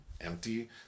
empty